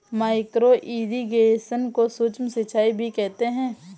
micro irrigation को सूक्ष्म सिंचाई भी कहते हैं